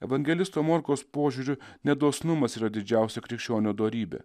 evangelisto morkaus požiūriu ne dosnumas yra didžiausia krikščionio dorybė